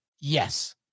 Yes